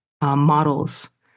models